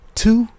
two